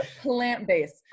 Plant-based